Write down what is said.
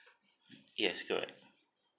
yes correct